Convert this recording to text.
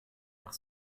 nach